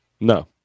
No